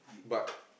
but